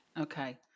okay